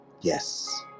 yes